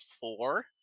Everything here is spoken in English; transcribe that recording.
four